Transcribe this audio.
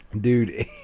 dude